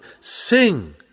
sing